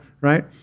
right